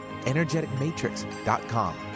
energeticmatrix.com